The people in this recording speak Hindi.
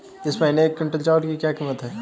इस महीने एक क्विंटल चावल की क्या कीमत है?